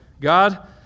God